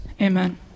Amen